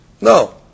no